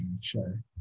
sure